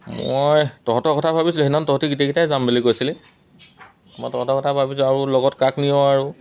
মই তহঁতৰ কথা ভাবিছিলোঁ সেইদিনাখন তহঁতি গোটেইকেইটাই যাম বুলি কৈছিলি মই তহঁতৰ কথা ভাবিছোঁ আৰু লগত কাক নিয় আৰু